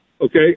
Okay